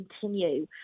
continue